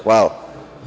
Hvala.